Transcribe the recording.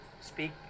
speak